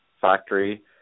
factory